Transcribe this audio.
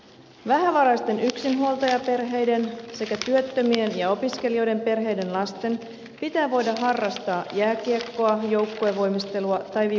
vähävaraisten yksinhuoltajaperheiden sekä työttömien ja opiskelijoiden perheiden lasten pitää voida harrastaa jääkiekkoa joukkuevoimistelua tai viulunsoittoa